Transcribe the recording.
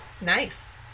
Nice